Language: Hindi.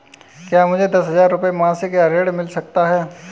क्या मुझे दस हजार रुपये मासिक का ऋण मिल सकता है?